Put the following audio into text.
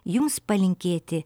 jums palinkėti